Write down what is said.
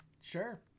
Sure